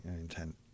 intent